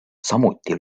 samuti